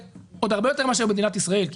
עוד הרבה יותר מאשר במדינת ישראל כי